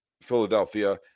Philadelphia